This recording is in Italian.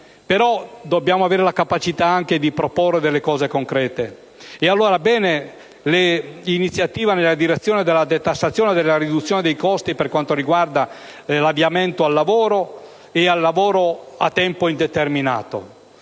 però dobbiamo avere la capacità di proporre misure concrete. Allora, bene l'iniziativa nella direzione della detassazione e della riduzione dei costi per quanto riguarda l'avviamento al lavoro e il lavoro a tempo indeterminato.